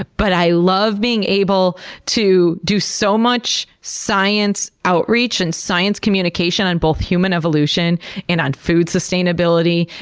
but i love being able to do so much science outreach and science communication on both human evolution and on food sustainability,